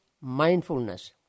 mindfulness